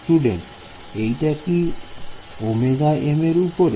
Student এইটা কি Ωm এর উপরে